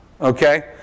Okay